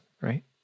right